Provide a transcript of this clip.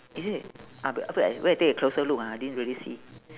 is it a~ afterward I wait I take a closer look ah I didn't really see